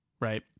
right